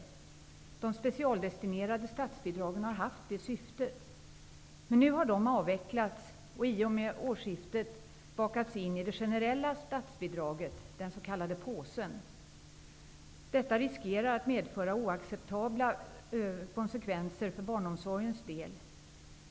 Det har varit syftet med de specialdestinerade statsbidragen till barnomsorgen. Men nu har de avvecklats och i och med årsskiftet bakats in i det generella statsbidraget -- den s.k. påsen -- med risk för oacceptabla effekter för barnomsorgens del.